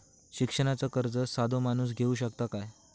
शिक्षणाचा कर्ज साधो माणूस घेऊ शकता काय?